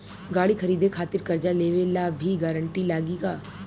गाड़ी खरीदे खातिर कर्जा लेवे ला भी गारंटी लागी का?